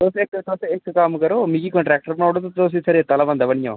तुस इक तुस इक कम्म करो मिकी कांट्रैक्टर बनाई ओड़ो ते तुस इत्थै रेत्ता आह्ला बंदा बनी जाओ